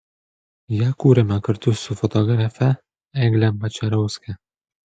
ją kūrėme kartu su fotografe egle mačerauske